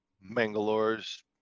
Mangalore's